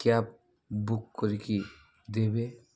cab book କରିକି ଦେବେ